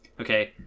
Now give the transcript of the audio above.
Okay